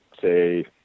say